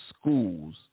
schools